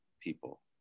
people